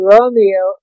Romeo